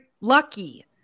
lucky